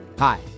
Hi